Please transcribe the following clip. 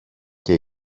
και